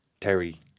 Terry